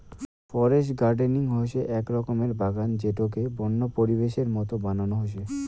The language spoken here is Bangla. ফরেস্ট গার্ডেনিং হসে আক রকমের বাগান যেটোকে বন্য পরিবেশের মত বানানো হসে